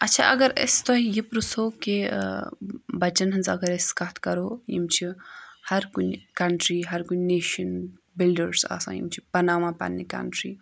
اچھا اگر أسۍ تۄہہِ یہِ پَرٛژَھو کہِ بَچَن ہٕنٛز اگر أسۍ کَتھ کَرو یِم چھِ ہر کُنہِ کَنٛٹرِی ہر کُنہِ نیشَن بِلڈٲرٕس آسان یِم چھِ بَناوان پَننہِ کَنٛٹرِی